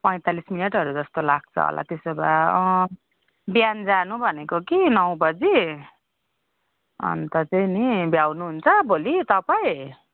पैँतालिस मिनेटहरू जस्तो लग्छ होला त्यसोभए बिहान जानु भनेको कि नौ बजे अनि त चाहिँ नि भ्याउनुहुन्छ भोलि तपाईँ